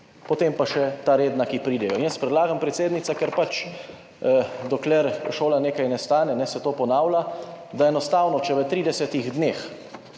potem pa še ta redna, ki pridejo, in jaz predlagam, predsednica, ker dokler šola nekaj ne stane, se to ponavlja, da enostavno, če v 30. dneh